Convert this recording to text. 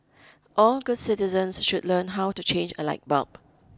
all good citizens should learn how to change a light bulb